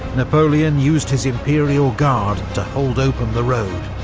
napoleon used his imperial guard to hold open the road,